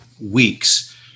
weeks